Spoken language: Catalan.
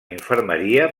infermeria